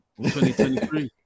2023